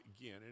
again